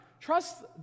Trust